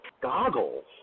goggles